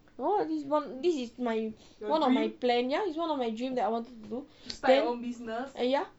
no lah this is one this is my one of my plan ya it's one of my dream that I wanted to do ya